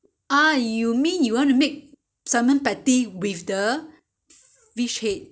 ah you mean you want to make salmon patty with the fish head